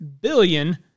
billion